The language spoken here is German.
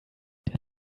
der